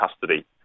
custody